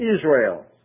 Israel